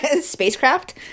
spacecraft